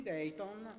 Dayton